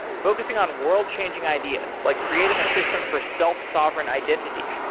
focusing on world-changing ideas like creating a system for self-sovereign identity,